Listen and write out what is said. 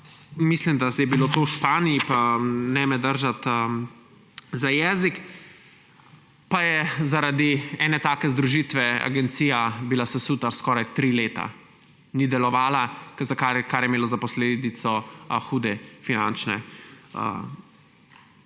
mislim, da je bilo to v Španiji, pa ne me držati za jezik, je zaradi ene take združitve agencija bila sesuta skoraj tri leta, ni delovala, kar je imelo za posledico hude finančne izgube.